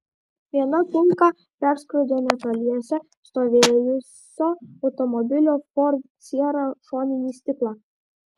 viena kulka perskrodė netoliese stovėjusio automobilio ford sierra šoninį stiklą